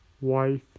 wife